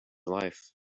life